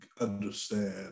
understand